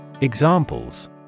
Examples